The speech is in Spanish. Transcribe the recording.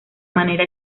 manera